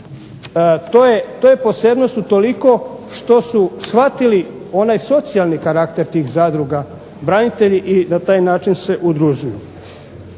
To je posebnost utoliko što su shvatili onaj socijalni karakter tih zadruga branitelji i na taj način se udružuju.